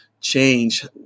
change